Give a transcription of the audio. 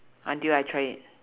until I try it